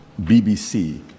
bbc